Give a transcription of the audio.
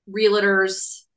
realtors